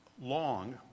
long